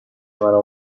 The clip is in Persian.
مرا